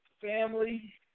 family